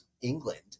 England